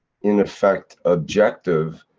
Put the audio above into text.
in effect, objective,